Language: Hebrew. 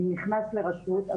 כשנכנס לרשות,